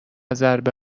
ضربه